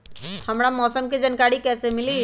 हमरा मौसम के जानकारी कैसी मिली?